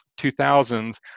2000s